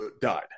died